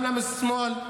גם לשמאל,